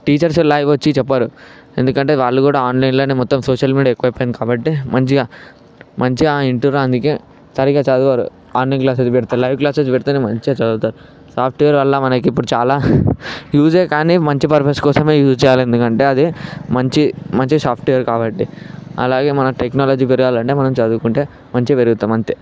teachers live వచ్చి చెప్పరు ఎందుకంటే వాళ్ళు కూడా ఆన్లైన్లో మొత్తం సోషల్ మీడియా ఎక్కువైపోయింది కాబట్టి మంచిగా మంచిగా వింటుర్రు అందుకే సరిగా చదవరు ఆన్లైన్ క్లాసులు పెడితే లైవ్ క్లాసెస్ పెడితే మంచిగా చదువుతారు సాఫ్ట్వేర్ వల్ల ఇప్పుడు మనకి చాలా యూజే కానీ మంచి పర్పస్ కోసమే యూస్ చేయాలి ఎందుకంటే అది మంచి మంచి సాఫ్ట్వేర్ కాబట్టి అలాగే మన టెక్నాలజీ పెరగాలి అంటే మనం చదువుకుంటే మంచిగా పెరుగుతాం అంతే